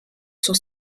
zur